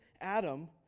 Adam